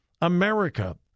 America